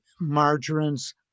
margarines